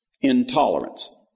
intolerance